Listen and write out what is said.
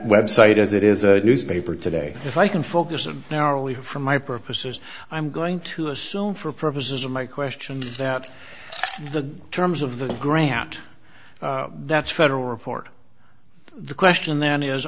web site as it is a newspaper today if i can focus of narrowly for my purposes i'm going to assume for purposes of my question that the terms of the grant that's federal report the question then i